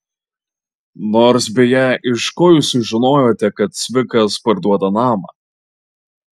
nors beje iš ko jūs sužinojote kad cvikas parduoda namą